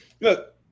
look